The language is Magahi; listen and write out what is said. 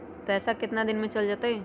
पैसा कितना दिन में चल जतई?